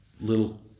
little